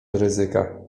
ryzyka